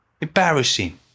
Embarrassing